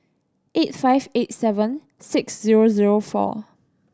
eight five eight seven six zero zero four